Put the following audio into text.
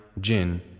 jinn